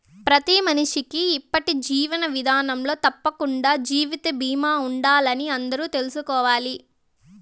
ప్రతి మనిషికీ ఇప్పటి జీవన విదానంలో తప్పకండా జీవిత బీమా ఉండాలని అందరూ తెల్సుకోవాలి